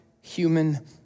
human